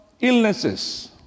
illnesses